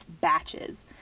batches